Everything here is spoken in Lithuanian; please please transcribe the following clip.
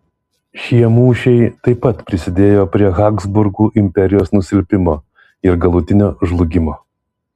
šie mūšiai taip pat prisidėjo prie habsburgų imperijos nusilpimo ir galutinio žlugimo